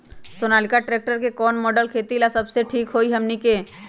Sonalika tractor के कौन model खेती ला सबसे ठीक होई हमने की?